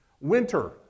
winter